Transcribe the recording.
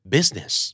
Business